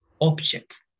objects